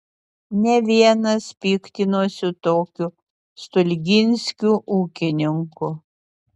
ne vienas piktinosi tokiu stulginskiu ūkininku